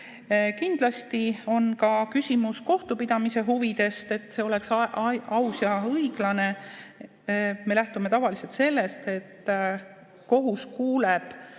Kindlasti on küsimus ka kohtupidamise huvidest, et kohtupidamine oleks aus ja õiglane. Me lähtume tavaliselt sellest, et kohus kuuleb